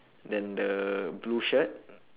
then the blue shirt